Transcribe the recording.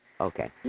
Okay